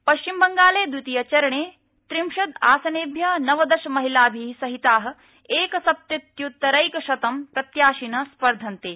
पश्चिमबङ्गाले द्वितीयचरणे त्रिंशदासनेभ्यः नवदश महिलाभिः सहिताः एकसप्तत्युत्तरैकशतं प्रत्याशिनः स्पर्धन्ते